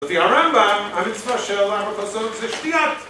לפי הרמב״ם, המצווה של ארבע כוסות זה שתיית...